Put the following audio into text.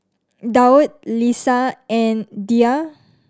Daud Lisa and Dhia